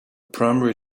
primary